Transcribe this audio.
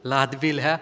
लादबील है